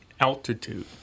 altitude